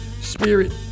spirit